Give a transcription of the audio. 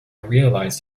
realised